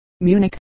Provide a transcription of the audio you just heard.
Munich